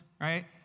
right